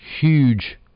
huge